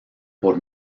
por